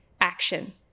action